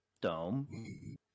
dome